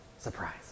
surprise